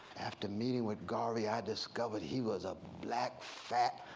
after meeting with garvey i discovered he was a black, fat,